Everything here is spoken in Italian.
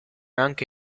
anche